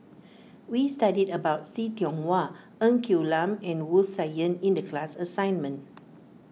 we studied about See Tiong Wah Ng Quee Lam and Wu Tsai Yen in the class assignment